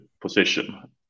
position